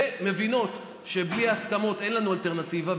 ומבינות שבלי הסכמות אין לנו אלטרנטיבה,